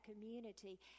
community